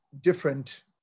different